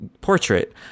portrait